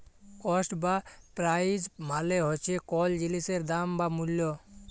cost বা price মালে হছে কল জিলিসের দাম বা মূল্য